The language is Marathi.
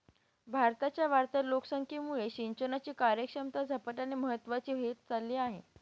भारताच्या वाढत्या लोकसंख्येमुळे सिंचनाची कार्यक्षमता झपाट्याने महत्वाची होत चालली आहे